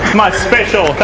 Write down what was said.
my special